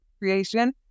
creation